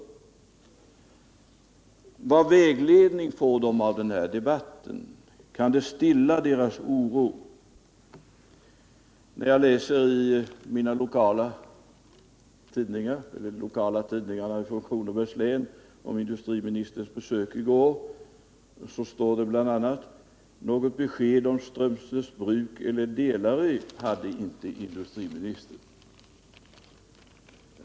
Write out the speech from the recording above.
Vilken vägledning får de av denna debatt? Kan den stilla deras oro? När jag läser i lokaltidningarna från Kronobergs län om industriministerns besök i går står det bl.a.: Något besked om Strömsnäs bruk eller Delary hade inte industriministern.